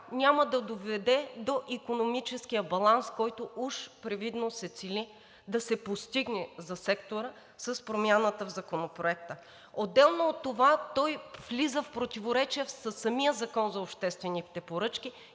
няма да доведе до икономическия баланс, който уж привидно се цели да се постигне за сектора с промяната в Законопроекта. Отделно от това той влиза в противоречие със самия Закон за обществените поръчки